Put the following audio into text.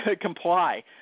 comply